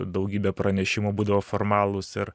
daugybė pranešimų būdavo formalūs ir